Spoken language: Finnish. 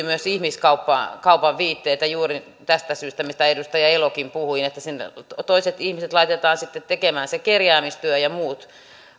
myös ihmiskaupan viitteitä juuri tästä syystä mistä edustaja elokin puhui eli sinne toiset ihmiset laitetaan sitten tekemään se kerjäämistyö ja muut